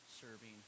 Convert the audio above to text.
serving